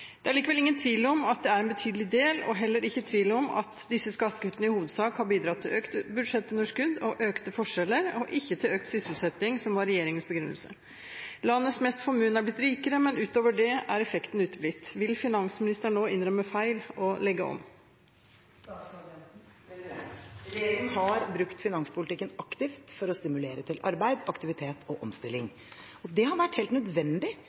Det er likevel ingen tvil om at det er en betydelig del, og heller ikke tvil om at disse skattekuttene i hovedsak har bidratt til økt budsjettunderskudd og økte forskjeller, og ikke til økt sysselsetting som var regjeringens begrunnelse. Landets mest formuende er blitt rikere, men utover det er effektene uteblitt. Vil statsråden nå innrømme feil og legge om?» Regjeringen har brukt finanspolitikken aktivt for å stimulere til arbeid, aktivitet og omstilling. Det har vært nødvendig